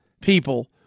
people